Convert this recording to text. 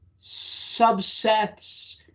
subsets